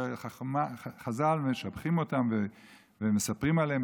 שחז"ל משבחים אותם ומספרים עליהם,